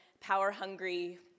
power-hungry